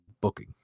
booking